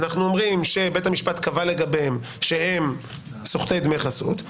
שבית המשפט קבע לגביהם שהם סוחטי דמי חסות,